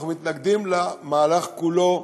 אנחנו מתנגדים למהלך כולו,